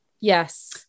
Yes